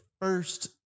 first